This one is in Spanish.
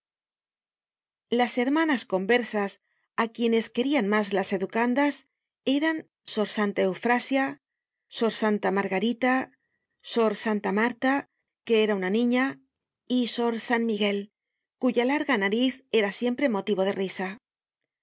las hermanas conversas á quienes querian mas las educandas eran sor santa eufrasia sor santa margarita sor santa marta que era una niña y sor san miguel cuya larga nariz era siempre motivo de risa